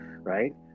right